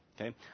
Okay